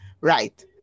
right